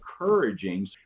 encouraging